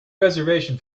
reservation